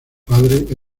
padre